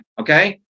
Okay